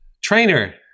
trainer